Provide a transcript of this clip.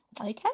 okay